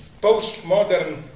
postmodern